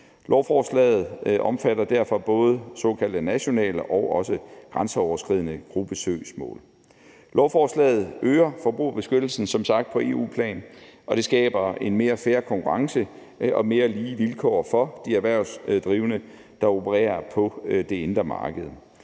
Lovforslaget omfatter derfor både såkaldte nationale og grænseoverskridende gruppesøgsmål. Lovforslaget øger som sagt forbrugerbeskyttelsen på EU-plan, og det skaber en mere fair konkurrence og mere lige vilkår for de erhvervsdrivende, der opererer på det indre marked.